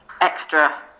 extra